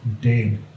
Dead